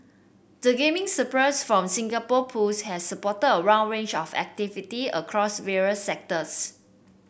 the gaming surplus from Singapore Pools has supported a wrong range of activity across various sectors